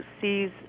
sees